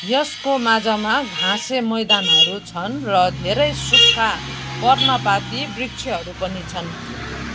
यसको माझमा घाँसे मैदानहरू छन् र धेरै सुक्खा पर्णपाती वृक्षहरू पनि छन्